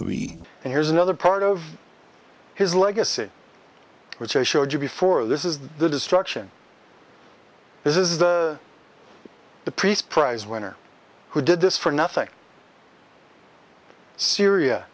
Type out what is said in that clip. me and here's another part of his legacy which i showed you before this is the destruction this is the priest's prize winner who did this for nothing syria